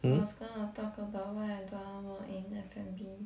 I was gonna talk about why I don't want work in F&B